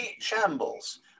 shambles